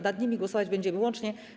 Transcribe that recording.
Nad nimi głosować będziemy łącznie.